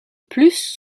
plus